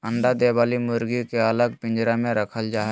अंडा दे वली मुर्गी के अलग पिंजरा में रखल जा हई